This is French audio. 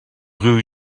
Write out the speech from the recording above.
rue